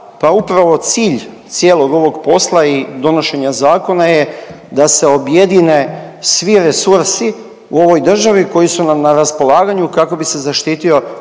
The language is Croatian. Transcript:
pa upravo cilj cijelog ovog posla i donošenja zakona je da se objedine …/Govornik se ne razumije./…u ovoj državi koji su nam na raspolaganju kako bi se zaštitio